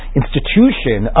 institution